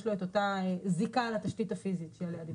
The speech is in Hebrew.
יש לו את אותה זיקה לתשתית הפיזית שעליה דיברנו.